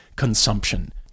consumption